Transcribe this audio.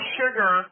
sugar